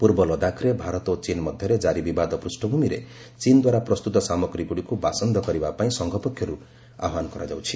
ପୂର୍ବ ଲଦାଖରେ ଭାରତ ଓ ଚୀନ୍ ମଧ୍ୟରେ ଜାରି ବିବାଦ ପୂଷ୍ପଭୂମିରେ ଚୀନ ଦ୍ୱାରା ପ୍ରସ୍ତୁତ ସାମଗ୍ରୀଗୁଡିକୁ ବାସନ୍ଦ କରିବା ପାଇଁ ସଂଘ ପକ୍ଷରୁ ଆହ୍ୱାନ ଦିଆଯାଉଛି